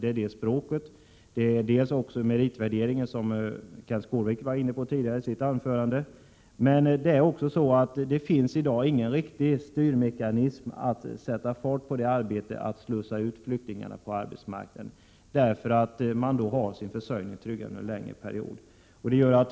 Det gäller dels språket, dels meritvärderingen, som Kenth Skårvik var inne på tidigare. Men det finns inte heller i dag någon riktig styrmekanism som sätter fart på arbetet att slussa ut flyktingarna på arbetsmarknaden. De har sin försörjning tryggad under en längre period.